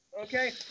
Okay